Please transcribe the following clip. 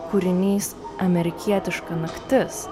kūrinys amerikietiška naktis